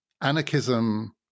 anarchism